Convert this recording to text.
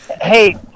Hey